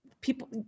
people